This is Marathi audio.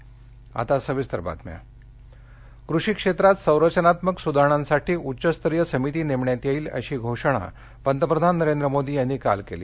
नीती आयोग कृषी क्षेत्रात संरचनात्मक सुधारणासाठी उच्चस्तरीय समिती नेमण्यात येईल अशी घोषणा पंतप्रधान नरेंद्र मोदी यांनी काल केली